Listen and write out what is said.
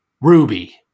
Ruby